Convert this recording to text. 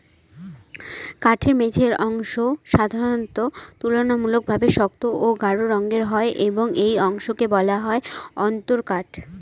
কাঠের মাঝের অংশ সাধারণত তুলনামূলকভাবে শক্ত ও গাঢ় রঙের হয় এবং এই অংশকে বলা হয় অন্তরকাঠ